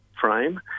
frame